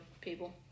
people